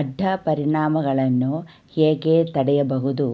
ಅಡ್ಡ ಪರಿಣಾಮಗಳನ್ನು ಹೇಗೆ ತಡೆಯಬಹುದು?